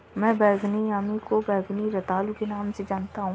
मैं बैंगनी यामी को बैंगनी रतालू के नाम से जानता हूं